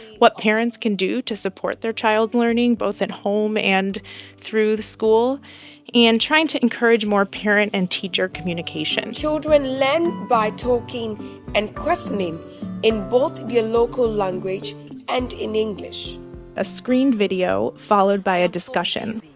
what parents can do to support their child's learning both at home and through the school and trying to encourage more parent and teacher communication children learn by talking and questioning in both your local language and in english a screened video followed by a discussion,